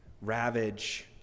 ravage